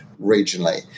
regionally